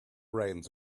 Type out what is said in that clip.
reins